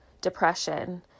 depression